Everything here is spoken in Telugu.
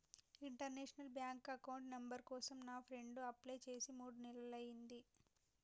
ఇంటర్నేషనల్ బ్యాంక్ అకౌంట్ నంబర్ కోసం నా ఫ్రెండు అప్లై చేసి మూడు నెలలయ్యింది